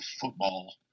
football